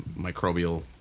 microbial